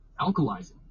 alkalizing